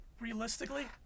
Realistically